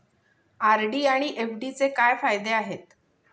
RD आणि एफ.डीचे काय फायदे आहेत?